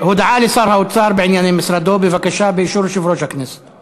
אדוני היושב-ראש, אני בטעות הצבעתי מהכיסא של